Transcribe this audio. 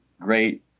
great